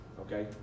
okay